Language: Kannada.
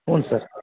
ಹ್ಞೂ ಸರ್